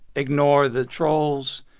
ignore the trolls.